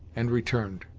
and returned.